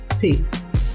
peace